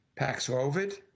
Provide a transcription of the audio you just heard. Paxlovid